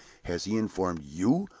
has he informed you,